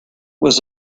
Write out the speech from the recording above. was